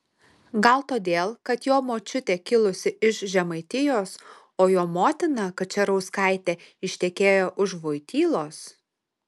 gal todėl kad jo močiutė kilusi iš žemaitijos o jo motina kačerauskaitė ištekėjo už vojtylos